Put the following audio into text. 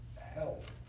Help